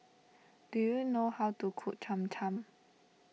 do you know how to cook Cham Cham